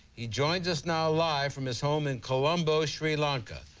he joins us now live from his home in columbo, sri lanka.